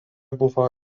buvo